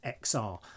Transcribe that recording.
XR